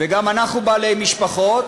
וגם אנחנו בעלי משפחות,